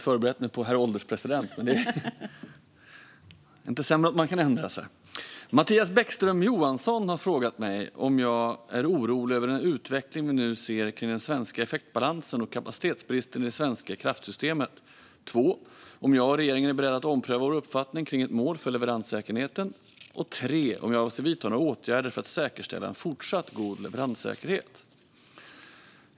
Fru talman! Mattias Bäckström Johansson har frågat mig följande: Om jag är orolig över den utveckling vi nu ser kring den svenska effektbalansen och kapacitetsbristen i det svenska kraftsystemet. Om jag och regeringen är beredda att ompröva vår uppfattning kring ett mål för leveranssäkerheten. Om jag avser att vidta några åtgärder för att säkerställa en fortsatt god leveranssäkerhet.